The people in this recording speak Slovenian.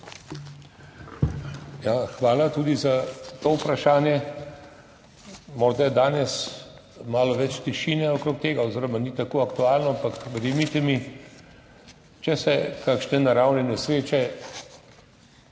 Hvala tudi za to vprašanje. Morda je danes malo več tišine okrog tega oziroma ni tako aktualno, ampak verjemite mi, če se kakšne naravne nesreče